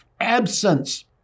absence